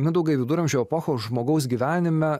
mindaugai viduramžių epochos žmogaus gyvenime